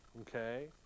Okay